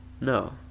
No